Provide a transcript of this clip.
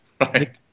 right